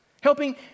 helping